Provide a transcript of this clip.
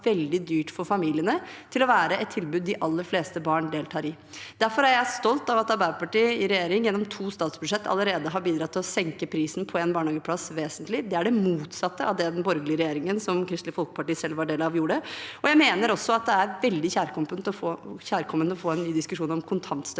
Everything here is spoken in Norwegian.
har vært veldig dyrt for familiene, til å være et tilbud de aller fleste barn deltar i. Derfor er jeg stolt av at Arbeiderpartiet i regjering og gjennom to statsbudsjetter allerede har bidratt til å senke prisen på en barnehageplass vesentlig. Det er det motsatte av det den borgerlige regjeringen, som Kristelig Folkeparti selv var en del av, gjorde. Jeg mener også at det er veldig kjærkomment å få en ny diskusjon om kontantstøtten,